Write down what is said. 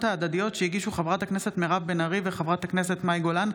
ההדדיות שהגישו חברת הכנסת מירב בן ארי וחברת הכנסת מאי גולן,